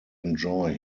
enjoy